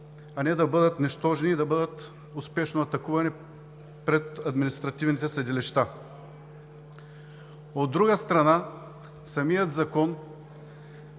а не да бъдат нищожни и да бъдат успешно атакувани пред административните съдилища. От друга страна, в самия закон